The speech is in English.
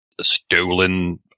stolen